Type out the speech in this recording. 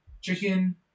chicken